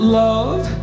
love